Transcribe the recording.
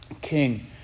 king